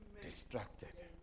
distracted